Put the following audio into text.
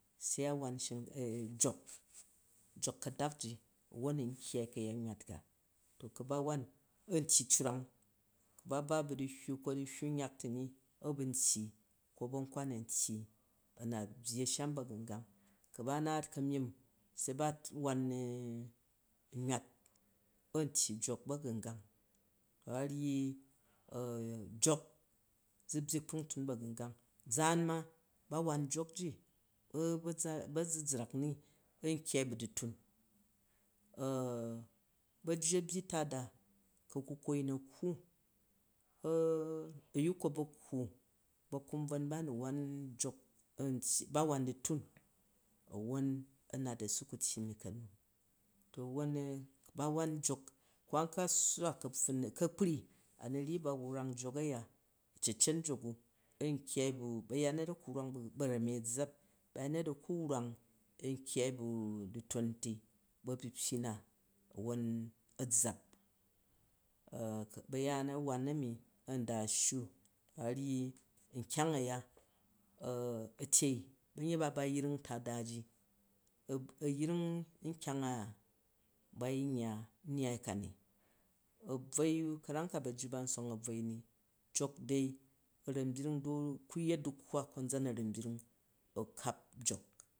jok jok kadak ji won n kyyal kayat nywat ka, to ku ba wau an tyyi errang ku ba ba duhyyu ko dmhyye nyak ti ni a bu n tyyi ko ba̱nkwan om tyyi a na byyi sham bagangang, ku ba naat kamyime be ba won nywat an tyyi gek bagangang to a yyi jok u byy kpangtun bagangang ʒaan ma ba wan jok ji baʒuʒrak ni an kyyei ba du̱tun ba̱jju a̱ byyi tada ku aunkwa ayin a kkwu aukob a kuwu bakunbvon ba a nu won jok an tyyi, awon dutuk awon a nat a su ku tyyi, mi kanu to awon ba won jok, ko a kabuwa ka̱pffun u ka̱kpu’ a nu ryyi ba wrang jok a̱ya a̱cecet nyok u an kyya bu, baganet a hu wrang barami an ʒʒap ba̱ya̱net a kju wrang om kyyai bu dntunti buapyipyii na awon a zzap, hayaan a wan ami an da sshu to a̱ ryyi nkyang aya a tyei ba̱nyet ba ba yring tada ji a̱yring nkyang a ba yin yya nnyai ka ni a bvoi u, kazerm ka bajju ba nsong abvoi ba dai azan byring a kap jok